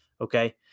okay